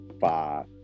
five